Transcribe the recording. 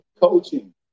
coaching